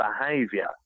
behavior